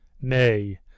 Nay